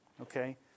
Okay